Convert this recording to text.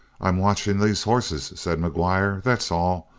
i'm watching these hosses, said mcguire. that's all.